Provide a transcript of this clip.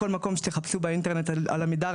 בכל מקום שתחפשו באינטרנט על עמידר,